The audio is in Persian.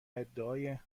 ادعای